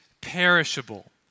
perishable